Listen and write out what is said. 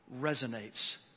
resonates